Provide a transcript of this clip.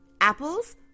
Apples